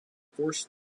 forced